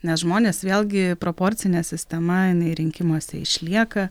nes žmonės vėlgi proporcinė sistema jinai rinkimuose išlieka